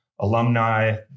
alumni